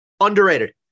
Underrated